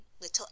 little